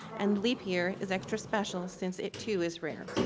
and leap year is extra special, since it, too, is rare.